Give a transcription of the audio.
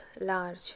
large